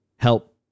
help